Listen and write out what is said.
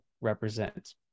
represent